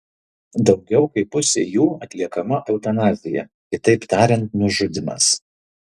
daugiau kaip pusei jų atliekama eutanazija kitaip tariant nužudymas